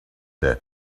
there